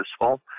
useful